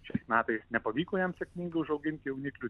šiais metais nepavyko jiem sėkmingai užauginti jauniklių